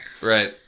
Right